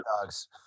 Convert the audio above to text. dogs